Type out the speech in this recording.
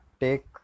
take